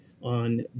on